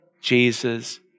Jesus